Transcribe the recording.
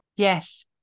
Yes